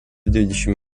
dvidešimt